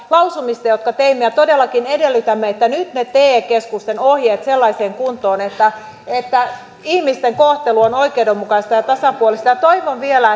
lausumista jotka teimme ja todellakin edellytämme että nyt ne te keskusten ohjeet sellaiseen kuntoon että että ihmisten kohtelu on oikeudenmukaista ja tasapuolista toivon vielä